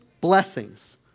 blessings